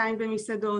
תודה.